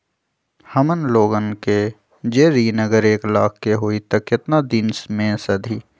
हमन लोगन के जे ऋन अगर एक लाख के होई त केतना दिन मे सधी?